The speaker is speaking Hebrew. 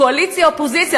קואליציה ואופוזיציה.